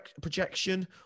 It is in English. projection